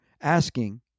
asking